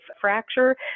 fracture